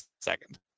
second